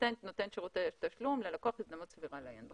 תינתן על ידי נותן שירותי תשלום ללקוח הזדמנות סבירה לעיין בזה.